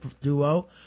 duo